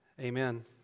amen